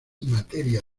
materia